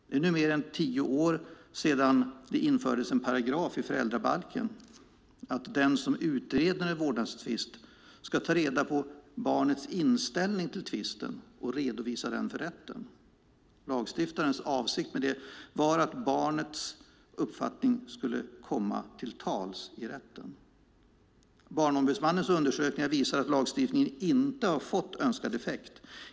Det är mer än tio år sedan det infördes en paragraf i föräldrabalken att den som utreder en vårdnadstvist ska ta reda på barnets inställning till tvisten och redovisa den för rätten. Lagstiftarens avsikt med det var att barnet skulle komma till tals i rätten. Barnombudsmannens undersökningar visar att lagstiftningen inte har fått önskad effekt.